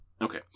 Okay